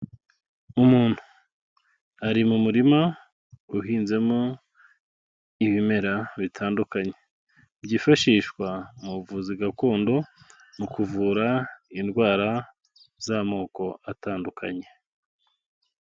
Umuntu ari mu murima uhinzemo ibimera bitandukanye, byifashishwa mu buvuzi gakondo, mu kuvura indwara z'amoko atandukanye.